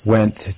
went